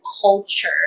culture